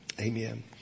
Amen